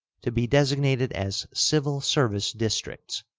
to be designated as civil-service districts,